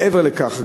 מעבר לכך,